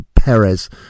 Perez